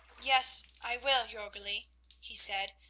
yes, i will, jorgli, he said,